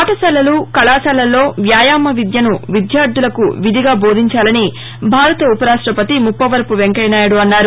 పాఠశాలలు కళాశాలల్లో వ్యాయామ విద్యను విద్యార్డులకు విధిగా బోధించాలని భారత ఉప రాష్టపతి ముప్పవరపు వెంకయ్యనాయుడు అన్నారు